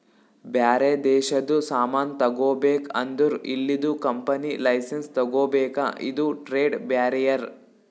ಬ್ಯಾರೆ ದೇಶದು ಸಾಮಾನ್ ತಗೋಬೇಕ್ ಅಂದುರ್ ಇಲ್ಲಿದು ಕಂಪನಿ ಲೈಸೆನ್ಸ್ ತಗೋಬೇಕ ಇದು ಟ್ರೇಡ್ ಬ್ಯಾರಿಯರ್